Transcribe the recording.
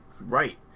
Right